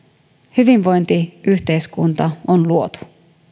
hyvinvointiyhteiskunta on luotu